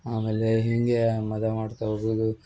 ಆಮೇಲೆ ಹೀಗೆ ಮಜಾ ಮಾಡ್ತಾ ಹೋಗುದು